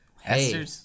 hey